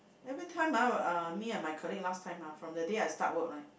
everytime ah uh me and my colleague last time ah from the day I start work right